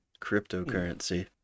cryptocurrency